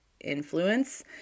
influence